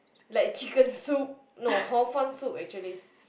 like chicken soup no hor fun soup actually